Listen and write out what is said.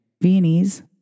Viennese